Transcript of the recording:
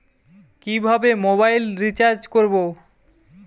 কিভাবে mobile recharge করব?